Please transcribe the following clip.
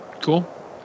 cool